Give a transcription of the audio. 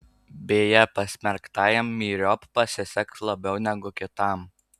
beje pasmerktajam myriop pasiseks labiau negu kitam